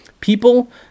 People